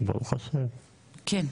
ברוך השם, קודם